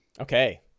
Okay